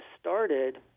started